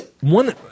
One –